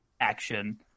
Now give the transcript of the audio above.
action